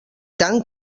tant